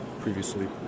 previously